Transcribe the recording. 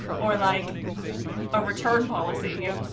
war like a return policy